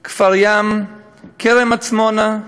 כפר-ים, כרם-עצמונה,